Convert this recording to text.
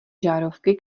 žárovky